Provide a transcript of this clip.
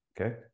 Okay